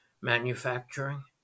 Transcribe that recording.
manufacturing